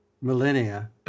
millennia